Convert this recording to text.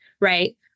right